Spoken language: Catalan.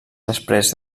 després